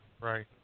right